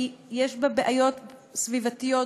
שיש בה בעיות סביבתיות,